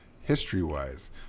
history-wise